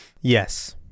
Yes